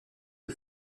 the